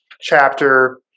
chapter